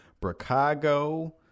Bracago